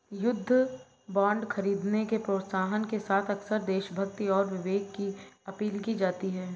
युद्ध बांड खरीदने के प्रोत्साहन के साथ अक्सर देशभक्ति और विवेक की अपील की जाती है